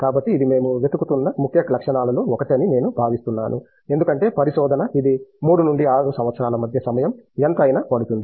కాబట్టి ఇది మేము వెతుకుతున్న ముఖ్య లక్షణాలలో ఒకటి అని నేను భావిస్తున్నాను ఎందుకంటే పరిశోధన ఇది 3 నుండి 6 సంవత్సరాల మధ్య సమయం ఎంత అయినా పడుతుంది